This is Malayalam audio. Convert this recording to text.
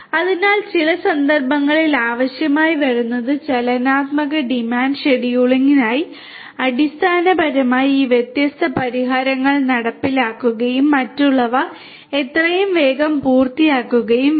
അതിനാൽ ചില സന്ദർഭങ്ങളിൽ ആവശ്യമായി വരുന്നത് ചലനാത്മക ഡിമാൻഡ് ഷെഡ്യൂളിംഗിനായി അടിസ്ഥാനപരമായി ഈ വ്യത്യസ്ത പരിഹാരങ്ങൾ നടപ്പിലാക്കുകയും മറ്റുള്ളവ എത്രയും വേഗം പൂർത്തിയാക്കുകയും വേണം